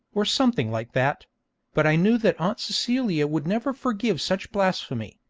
or something like that but i knew that aunt celia would never forgive such blasphemy,